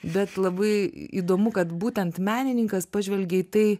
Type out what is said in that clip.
bet labai įdomu kad būtent menininkas pažvelgė į tai